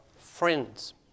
friends